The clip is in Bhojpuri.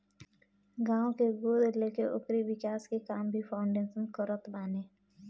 गांव के गोद लेके ओकरी विकास के काम भी फाउंडेशन करत बाने